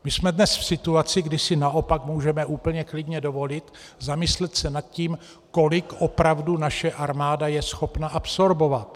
My jsme dnes v situaci, kdy si naopak můžeme úplně klidně dovolit se zamyslet nad tím, kolik opravdu naše armáda je schopna absorbovat.